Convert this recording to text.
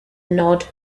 nod